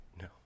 No